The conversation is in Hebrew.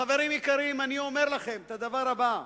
חברים יקרים, אני אומר לכם את הדבר הבא: